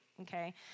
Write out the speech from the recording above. okay